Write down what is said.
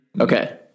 Okay